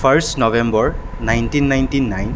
first November nineteen ninety nine